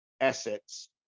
assets